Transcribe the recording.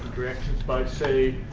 reactions by, say,